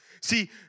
See